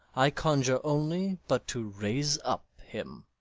i conjure only but to raise up him.